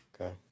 okay